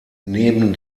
neben